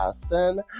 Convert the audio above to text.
person